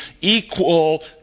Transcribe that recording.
equal